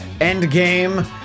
Endgame